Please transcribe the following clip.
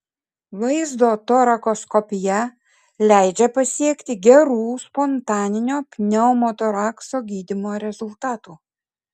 vaizdo torakoskopija leidžia pasiekti gerų spontaninio pneumotorakso gydymo rezultatų